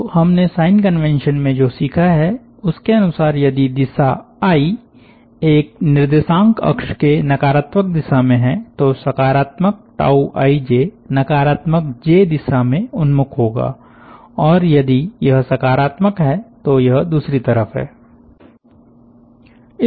तो हमने sign convention में जो सीखा है उसके अनुसार यदि दिशा आई एक निर्देशांक अक्ष के नकारात्मक दिशा में है तो सकारात्मकijनकारात्मक जे दिशा में उन्मुख होगा और यदि यह सकारात्मक है तो यह दूसरी तरफ है